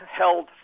held